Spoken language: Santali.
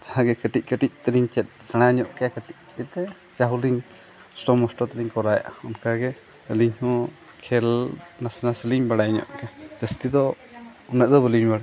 ᱥᱟᱸᱜᱮ ᱠᱟᱹᱴᱤᱡ ᱠᱟᱹᱴᱤᱡ ᱛᱮᱞᱤᱧ ᱪᱮᱫ ᱥᱮᱬᱟ ᱧᱚᱜ ᱠᱮᱭᱟ ᱠᱟᱹᱴᱤᱡ ᱠᱟᱹᱴᱤᱡ ᱛᱮ ᱛᱟᱺᱦᱩᱞᱤᱧ ᱠᱚᱥᱴᱚ ᱢᱚᱥᱴᱚ ᱛᱮᱞᱤᱧ ᱠᱚᱨᱟᱣᱮᱫᱼᱟ ᱚᱱᱠᱟᱜᱮ ᱟᱹᱞᱤᱧ ᱦᱚᱸ ᱠᱷᱮᱹᱞ ᱱᱟᱥᱮ ᱱᱟᱥᱮ ᱞᱤᱧ ᱵᱟᱰᱟᱭ ᱧᱚᱜ ᱠᱮᱜᱼᱟ ᱡᱟᱹᱥᱛᱤ ᱫᱚ ᱩᱱᱟᱹᱜ ᱫᱚ ᱵᱟᱹᱞᱤᱧ ᱵᱟᱰᱟᱭᱟ